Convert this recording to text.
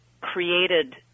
created